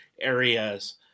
areas